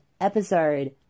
episode